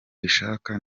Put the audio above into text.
dushaka